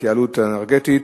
התייעלות אנרגטית),